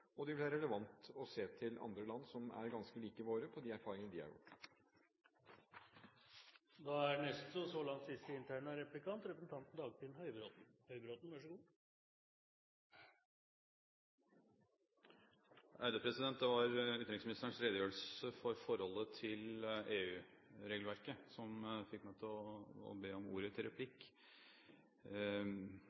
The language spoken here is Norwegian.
og det vil være relevant å se til andre land som er ganske like våre, og de erfaringene de har gjort. Det var utenriksministerens redegjørelse for forholdet til EU-regelverket som fikk meg til å be om ordet til replikk. Utenriksministeren har på en ryddig måte kvittert for komiteens anmodning om å få en vurdering av om